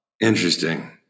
Interesting